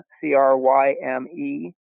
C-R-Y-M-E